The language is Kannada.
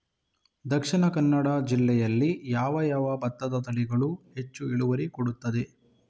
ದ.ಕ ಜಿಲ್ಲೆಯಲ್ಲಿ ಯಾವ ಯಾವ ಭತ್ತದ ತಳಿಗಳು ಹೆಚ್ಚು ಇಳುವರಿ ಕೊಡುತ್ತದೆ?